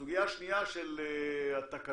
הסוגיה השנייה של התקנות,